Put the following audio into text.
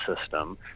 system